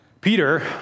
Peter